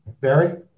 Barry